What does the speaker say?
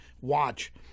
watch